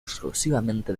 exclusivamente